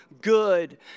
good